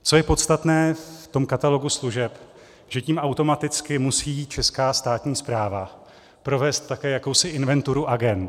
Co je podstatné v tom katalogu služeb, že tím automaticky musí česká státní správa provést také jakousi inventuru agend.